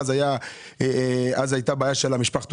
ואז הייתה בעיה של משפחתונים,